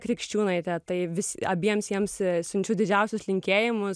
krikščiūnaitę tai vis abiems jiems siunčiu didžiausius linkėjimus